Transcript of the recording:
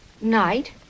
Night